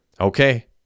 Okay